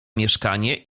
mieszkanie